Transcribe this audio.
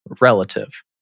relative